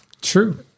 True